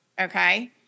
okay